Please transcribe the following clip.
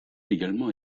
également